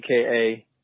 aka